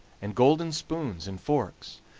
and golden spoons and forks,